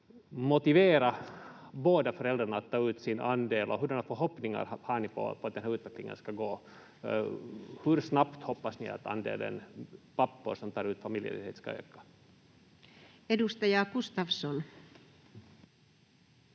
motivera båda föräldrarna att ta ut sin andel, och hurdana förhoppningar har ni på den här utvecklingen — hur snabbt hoppas ni att andelen pappor som tar ut familjeledighet ska öka? [Speech 33]